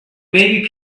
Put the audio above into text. maybe